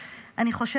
מלבד,